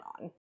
on